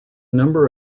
number